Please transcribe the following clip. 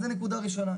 זו נקודה ראשונה.